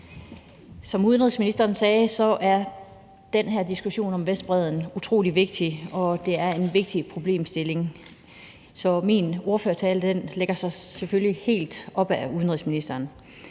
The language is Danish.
Som udenrigsministeren sagde, er den her diskussion om Vestbredden utrolig vigtig, og det er en vigtig problemstilling, så min ordførertale ligger selvfølgelig helt op ad udenrigsministerens